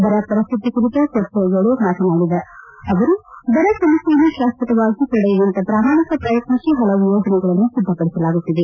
ಬರ ಪರಿಶ್ಹಿತಿ ಕುರಿತ ಚರ್ಚೆಯ ವೇಳೆ ಮಾತನಾಡಿದ ಅವರು ಬರ ಸಮಸ್ಕೆಯನ್ನು ಶಾಶ್ವತವಾಗಿ ತಡೆಯುವಂಥ ಪ್ರಾಮಾಣಿಕ ಪ್ರಯತ್ನಕ್ಷೆ ಪಲವು ಯೋಜನೆಗಳನ್ನು ಸಿದ್ಧಪಡಿಸಲಾಗುತ್ತಿದೆ